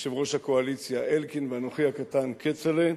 יושב-ראש הקואליציה אלקין ואנוכי הקטן, כצל'ה,